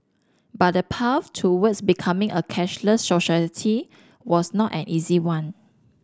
but the path towards becoming a cashless society was not an easy one